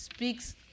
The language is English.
speaks